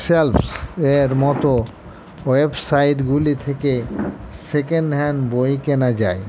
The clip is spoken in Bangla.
সেলফ এর মতো ওয়েবসাইটগুলি থেকে সেকেন্ড হ্যান্ড বই কেনা যায়